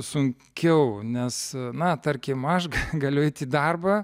sunkiau nes na tarkim aš galiu eiti į darbą